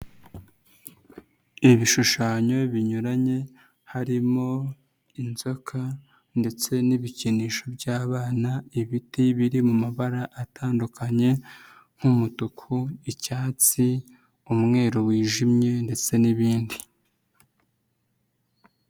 Ibishushanyo binyuranye harimo inzoka ndetse n'ibikinisho by'abana, ibiti biri mu mabara atandukanye nk'umutuku, icyatsi, umweru wijimye ndetse n'ibindi.